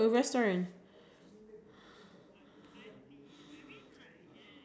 worse of friend so is like the bill isn't doing that good